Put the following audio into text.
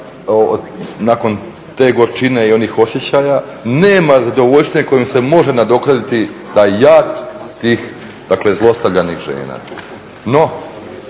nakon te gorčine i onih osjećaja nema zadovoljštine kojom se može nadoknaditi taj jad tih zlostavljanih žena. No,